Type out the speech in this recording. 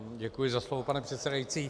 Děkuji za slovo, pane předsedající.